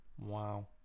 Wow